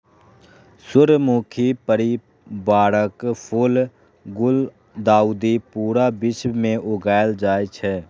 सूर्यमुखी परिवारक फूल गुलदाउदी पूरा विश्व मे उगायल जाए छै